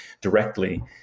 directly